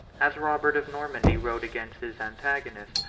as robert of normandy rode against his antagonist,